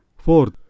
Fourth